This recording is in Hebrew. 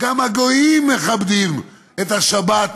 גם הגויים מכבדים את השבת בסלוניקי".